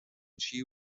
she